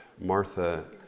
Martha